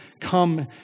come